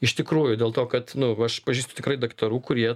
iš tikrųjų dėl to kad nu aš pažįstu tikrai daktarų kurie